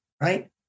Right